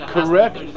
Correct